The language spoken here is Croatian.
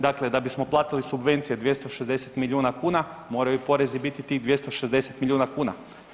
Dakle, da bismo platili subvencije 260 milijuna kuna, moraju porezi biti tih 260 milijuna kuna.